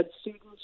students